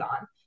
on